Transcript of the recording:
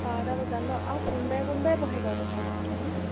বাৰটা বজাত ন আৰু কোনবাৰে কোনবাৰে বহে বাৰু তেখেত এনেই